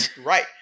Right